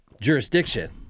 jurisdiction